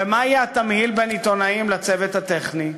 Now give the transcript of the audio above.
ומה יהיה התמהיל בין עיתונאים לצוות הטכני?